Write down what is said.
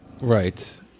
right